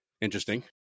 interesting